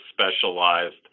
specialized